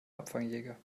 abfangjäger